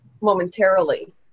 momentarily